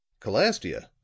Calastia